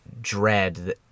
dread